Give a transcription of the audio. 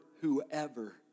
whoever